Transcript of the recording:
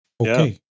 Okay